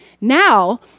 now